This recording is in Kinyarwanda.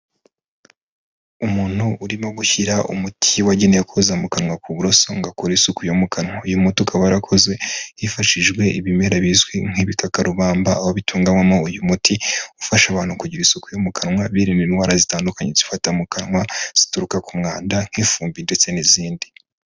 Umuntu urimo gushyira umuti wagenewe kuza mu kanwa ku buroso ngo akora isuku yo mu kanwa, uyu muti ukaba warakozwe hifashishijwe ibimera bizwi nk'ibikakarubamba, aho bitunganywamo uyu muti, ufasha abantu kugira isuku yo mu kanwa, birinda indwara zitandukanye zifata mu kanwa, zituruka ku mwanda nk'ifumbi ndetse n'izindi.